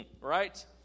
right